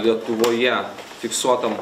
lietuvoje fiksuotam